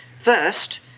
First